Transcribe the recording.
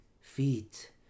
feet